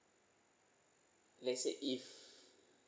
let's say if